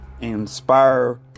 inspire